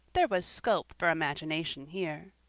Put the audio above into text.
there was scope for imagination here.